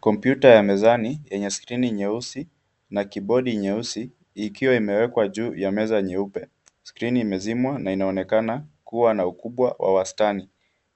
Kompyuta ya mezani yenye skrini nyeusi na kibodi nyeusi, ikiwa imewekwa juu ya meza nyeupe . Skrini imezimwa na inaonekana kuwa na ukubwa wa wastani.